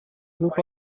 group